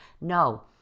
No